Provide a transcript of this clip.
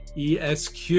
ESQ